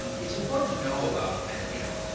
it's important to know about kind of, you know,